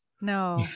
No